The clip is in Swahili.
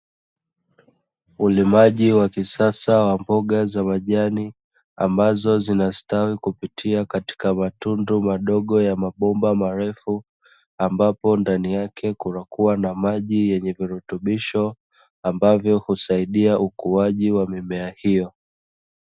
Ulimaji wa kisasa wa mboga za majani, ambazo zinastawi kupitia katika matundu madogo ya mabomba marefu, ambapo ndani yake kunakua na maji yenye virutubisho, ambavyo husaidia ukuaji wa mimea hiyo.